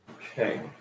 Okay